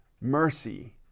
mercy